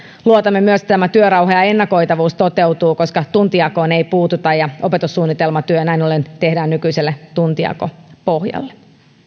luotamme myös siihen että työrauha ja ennakoitavuus toteutuvat koska tuntijakoon ei puututa ja opetussuunnitelmatyö näin ollen tehdään nykyiselle tuntijakopohjalle